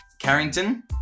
Carrington